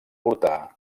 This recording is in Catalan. portar